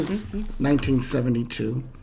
1972